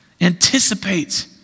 anticipate